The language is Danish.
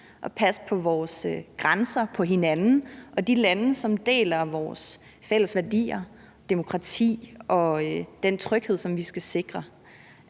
og passe på vores grænser, på hinanden og de lande, som deler vores fælles værdier om demokrati og den tryghed, som vi skal sikre.